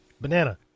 Banana